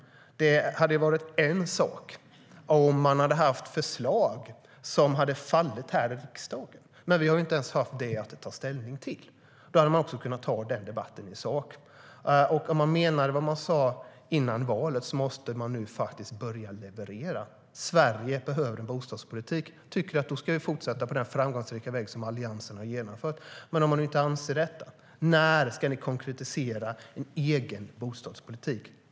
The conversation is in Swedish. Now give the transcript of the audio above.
Det hade varit en sak om man hade haft förslag som hade röstats ned här i riksdagen, men vi har ju inte haft några sådana att ta ställning till. Då hade vi också kunnat ta den debatten i sak. Om man menar vad man sa före valet måste man nu faktiskt börja leverera. Sverige behöver en bostadspolitik, och då tycker jag att vi ska fortsätta på den framgångsrika väg som Alliansen valde. Men om man nu inte anser detta, när ska ni konkretisera en egen bostadspolitik?